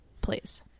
please